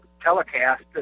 telecast